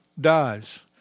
dies